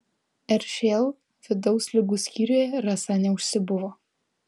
ršl vidaus ligų skyriuje rasa neužsibuvo